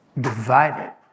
divided